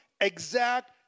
exact